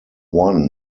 one